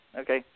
okay